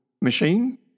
machine